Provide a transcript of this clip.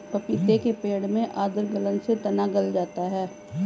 पपीते के पेड़ में आद्र गलन से तना गल जाता है